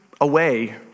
away